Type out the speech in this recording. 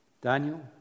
Daniel